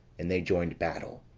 and they joined battle.